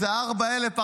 איזה 4,000,